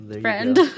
Friend